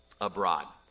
abroad